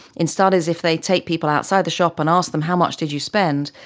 in studies, if they take people outside the shop and ask them how much did you spend,